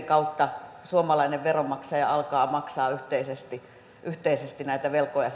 kautta suomalainen veronmaksaja alkaa maksaa yhteisesti yhteisesti näitä velkoja